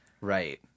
right